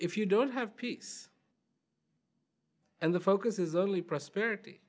if you don't have peace and the focus is only prosperity